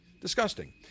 Disgusting